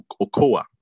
Okoa